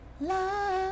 Love